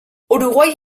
uruguai